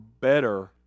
better